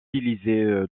utiliser